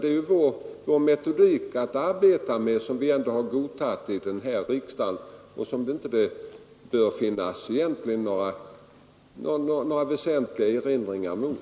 Det är den metodik vi arbetar med och som har godtagits av denna riksdag, och den bör det inte finnas några väsentliga erinringar mot.